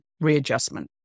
readjustment